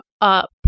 up